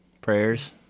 prayers